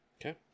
Okay